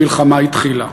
המלחמה התחילה.